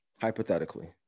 hypothetically